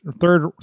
third